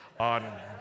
on